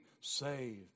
saved